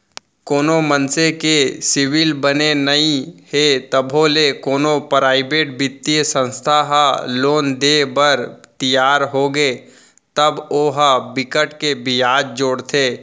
कोनो मनसे के सिविल बने नइ हे तभो ले कोनो पराइवेट बित्तीय संस्था ह लोन देय बर तियार होगे तब ओ ह बिकट के बियाज जोड़थे